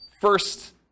first